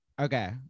Okay